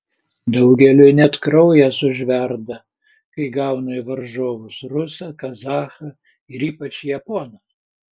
daugeliui net kraujas užverda kai gauna į varžovus rusą kazachą ir ypač japoną